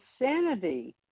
insanity